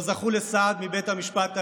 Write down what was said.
לא זכו לסעד מבית המשפט העליון,